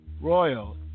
Royal